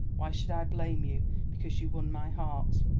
why should i blame you because you won my heart?